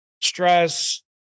stress